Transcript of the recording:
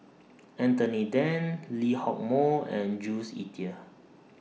Anthony Then Lee Hock Moh and Jules Itier